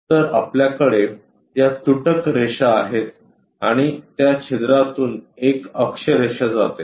तर आपल्याकडे या तुटक रेषा आहेत आणि त्या छिद्रातून एक अक्षरेषा जाते